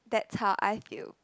that's how I feel